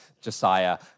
Josiah